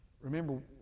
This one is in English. Remember